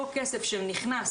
אותו כסף שנכנס